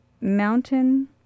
mountain